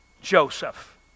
Joseph